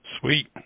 Sweet